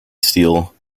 steel